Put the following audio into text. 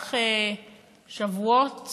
במהלך שבועות